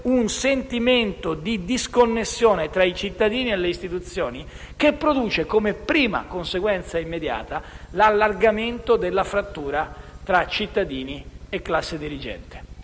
un sentimento di disconnessione tra i cittadini e le istituzioni che produce, come prima conseguenza immediata, l'allargamento della frattura tra cittadini e classe dirigente.